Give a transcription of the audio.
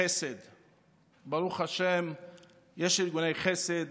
ברוך השם, יש ארגוני חסד.